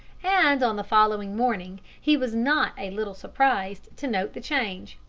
and on the following morning he was not a little surprised to note the change.